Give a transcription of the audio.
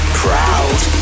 proud